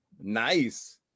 Nice